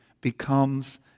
becomes